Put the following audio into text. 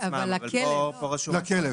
לפי חוק הביטוח הלאומי וחוק הביטחון הסוציאלי